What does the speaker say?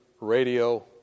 radio